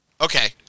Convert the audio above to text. Okay